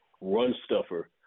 run-stuffer